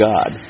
God